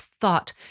thought